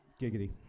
Giggity